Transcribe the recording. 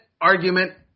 argument